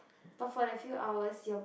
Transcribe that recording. but for that few hours your